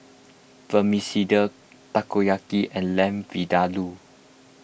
Vermicelli Takoyaki and Lamb Vindaloo